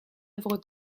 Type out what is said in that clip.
œuvre